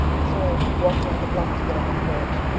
so i walked around the block to get up my courage.